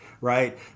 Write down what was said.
right